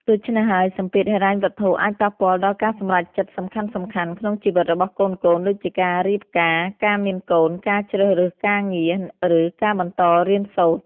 ដូច្នេះហើយ សម្ពាធហិរញ្ញវត្ថុអាចប៉ះពាល់ដល់ការសម្រេចចិត្តសំខាន់ៗក្នុងជីវិតរបស់កូនៗ ដូចជាការរៀបការ ការមានកូន ការជ្រើសរើសការងារ ឬការបន្តរៀនសូត្រ។